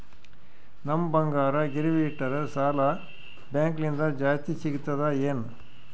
ನಮ್ ಬಂಗಾರ ಗಿರವಿ ಇಟ್ಟರ ಸಾಲ ಬ್ಯಾಂಕ ಲಿಂದ ಜಾಸ್ತಿ ಸಿಗ್ತದಾ ಏನ್?